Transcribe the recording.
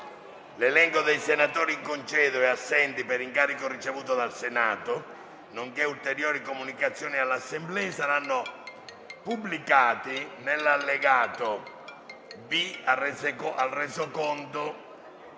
L'elenco dei senatori in congedo e assenti per incarico ricevuto dal Senato, nonché ulteriori comunicazioni all'Assemblea saranno pubblicati nell'allegato B al Resoconto